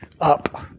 up